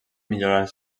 millorar